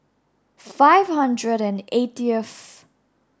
five hundred and eightieth